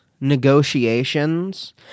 negotiations